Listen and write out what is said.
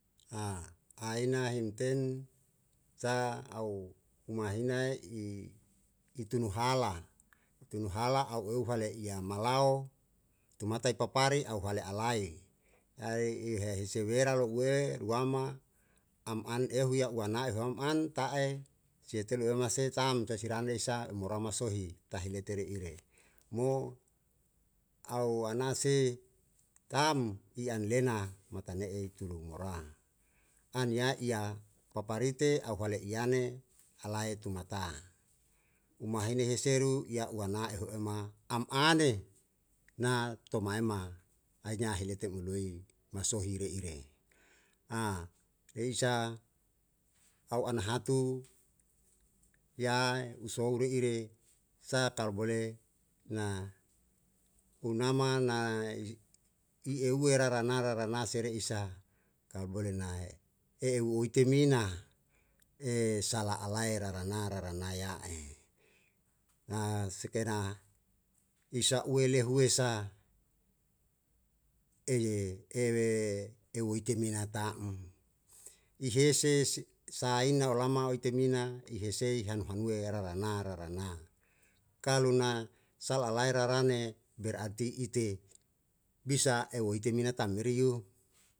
aina himten sa au uma hinae i utu nu hala utu nu hala au eu hale i amalao tumatae i papari au hale alae ae i he hise wera lo'ue wama am an ehu ya uawana ehuam an ta'e sie telu elu me se tam se sirane isa i mora masohi tahi lete re ire mo au anasi tam i an lena mata ne'e i turu mora an ya ia paparite au hale iyane alae tumata'a uma hene heseru ya'u u ana ehu ema am ane na toaema ahirnya a hilitem ului masohi re ire re isa au ana hatu yae u sou re ire sa kalu bole na unama na i eue raran rarana sere isa kalu bole nae e u etemina e sala alae rarana rarana ya'e na seke na i sa ue lehue sa ele ewe eu woite mina ta'm i hese sa ina olama u etemina ihesi hanu hanue rarana rarana kalu na sal alae rarane berati ite bisa eu etemina tan merio.